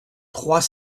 trois